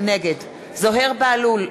נגד זוהיר בהלול,